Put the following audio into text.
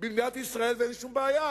במדינת ישראל, ואין שום בעיה.